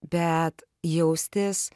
bet jaustis